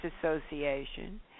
Association